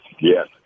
Yes